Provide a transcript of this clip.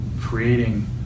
creating